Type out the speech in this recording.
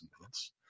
minutes